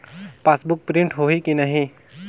Passbook print होही कि नहीं?